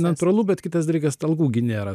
natūralu bet kitas dalykas algų gi nėra